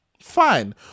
fine